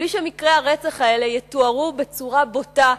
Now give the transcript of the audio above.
בלי שמקרי הרצח האלה יתוארו בצורה בוטה,